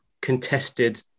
contested